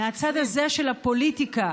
מהצד הזה של הפוליטיקה.